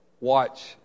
watch